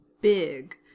big